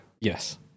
yes